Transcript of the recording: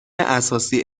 اساسی